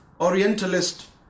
orientalist